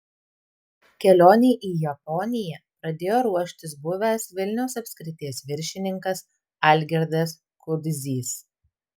kelionei į japoniją pradėjo ruoštis buvęs vilniaus apskrities viršininkas algirdas kudzys